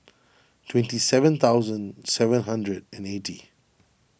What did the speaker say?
twenty seven thousand seven hundred and eighty